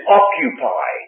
occupy